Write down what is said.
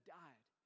died